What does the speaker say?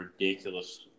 ridiculous